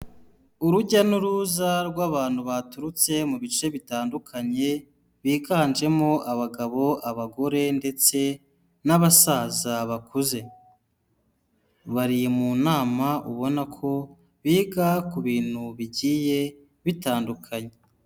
Urujya n'uruza rw'abantu baturutse mu bice bitandukanye biganjemo abagabo, abagore ndetse n'abasaza bakuze, bari mu nama ubona ko biga ku bintu bigiye bitandukanye.